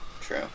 True